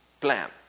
plan